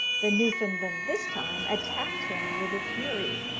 the newfoundland this time attacked him with a fury,